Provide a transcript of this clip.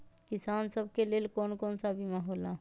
किसान सब के लेल कौन कौन सा बीमा होला?